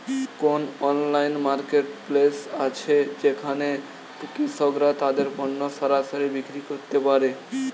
কোন online marketplace আছে যেখানে কৃষকরা তাদের পণ্য সরাসরি বিক্রি করতে পারে?